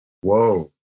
Whoa